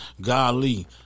golly